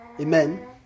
Amen